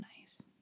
nice